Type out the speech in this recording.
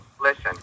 listen